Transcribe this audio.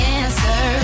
answer